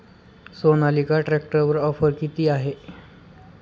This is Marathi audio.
सोनालिका ट्रॅक्टरवर ऑफर किती आहे?